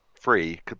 free